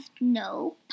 no